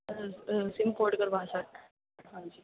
sim port ਕਰਵਾ ਸਕ ਹਾਂਜੀ